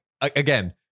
again